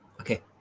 okay